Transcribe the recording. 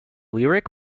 lyric